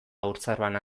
haurtzaroan